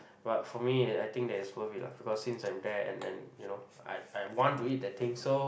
but for me I think that it's worth it lah because since I'm there and and you know I I want to eat that thing so